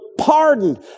pardoned